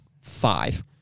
five